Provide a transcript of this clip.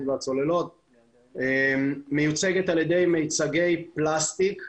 והצוללות מיוצגת על ידי מיצגי פלסטיק ו-פי.וי.סי.